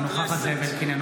אינה נוכחת זאב אלקין,